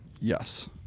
Yes